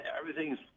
everything's